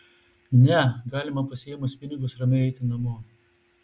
ne galima pasiėmus pinigus ramiai eiti namo